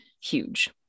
huge